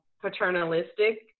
paternalistic